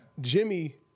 Jimmy